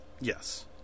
Yes